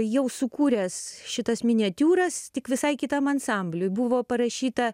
jau sukūręs šitas miniatiūras tik visai kitam ansambliui buvo parašyta